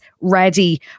ready